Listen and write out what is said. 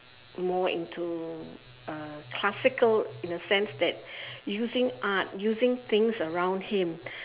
more into uh classical in a sense that using art using things around him